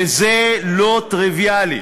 וזה לא טריוויאלי,